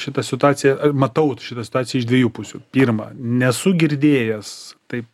šitą situaciją matau šitą situaciją iš dviejų pusių pirma nesu girdėjęs taip